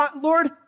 Lord